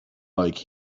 like